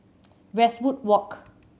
Westwood Walk